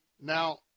Now